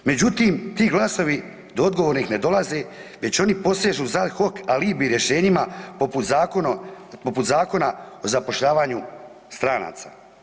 Međutim ti glasovi do odgovornih ne dolaze već oni posežu za ad hoc alibi rješenjima poput Zakona o zapošljavanju stranaca.